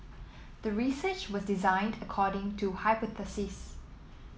the research was designed according to hypothesis